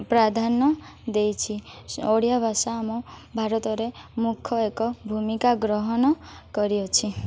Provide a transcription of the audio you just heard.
ପ୍ରାଧାନ୍ୟ ଦେଇଛି ଓଡ଼ିଆ ଭାଷା ଆମ ଭାରତରେ ମୁଖ୍ୟ ଏକ ଭୂମିକା ଗ୍ରହଣ କରିଅଛି